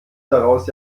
daraus